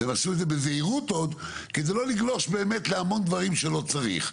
הם עשו את זה בזהירות עוד כדי לא לגלוש באמת להמון דברים שלא צריך.